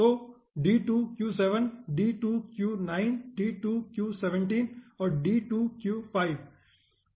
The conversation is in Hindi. तो D2Q7 D2Q9 D2Q17 और D2Q5